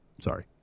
Sorry